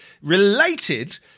related